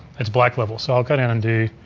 it's black level. so i'll go down and do,